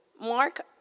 Mark